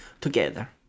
together